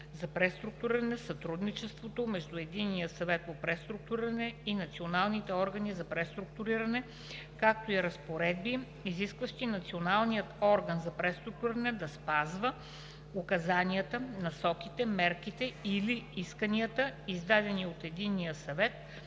по преструктуриране, сътрудничеството между Единния съвет и националните органи за преструктуриране, както и разпоредби, изискващи Националният орган за преструктуриране да спазва указанията, насоките, мерките или изискванията, издадени от Единния съвет